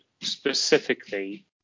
specifically